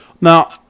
Now